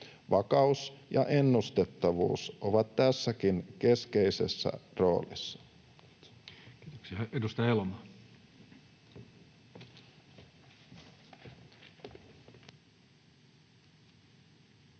Vakaus ja ennustettavuus ovat tässäkin keskeisessä roolissa.